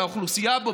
שהאוכלוסייה בו,